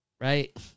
right